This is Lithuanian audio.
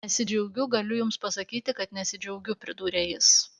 nesidžiaugiu galiu jums pasakyti kad nesidžiaugiu pridūrė jis